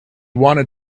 wanted